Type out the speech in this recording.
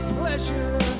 pleasure